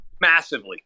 Massively